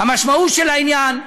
המשמעות של העניין,